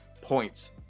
points